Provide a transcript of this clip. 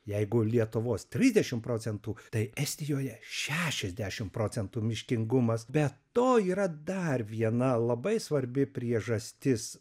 jeigu lietuvos trisdešim procentų tai estijoje šešiasdešim procentų miškingumas be to yra dar viena labai svarbi priežastis